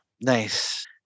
Nice